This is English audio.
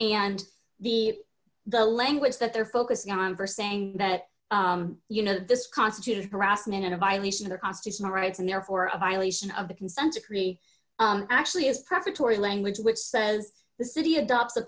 and the the language that they're focusing on for saying that you know this constitutes harassment and a violation of our constitutional rights and therefore a violation of the consent decree actually is prefatory language which says the city adopts the